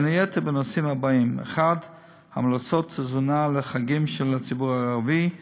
בין היתר בנושאים האלה: 1. המלצות תזונה לחגים של הציבור הערבי,